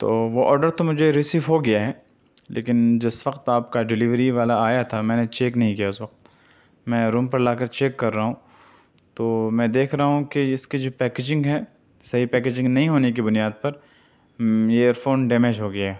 تو وہ آرڈر تو مجھے رسیو ہو گیا ہے لیکن جس وقت آپ کا ڈیلیوری والا آیا تھا میں نے چیک نہیں کیا اُس وقت میں روم پر لا کر چیک کر رہا ہوں تو میں دیکھ رہا ہوں کہ اِس کی جو پیکیجنگ ہے صحیح پیکیجنگ نہیں ہونے کی بُنیاد پر ایئر فون ڈیمیج ہو گیا